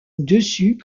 dessus